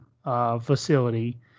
Facility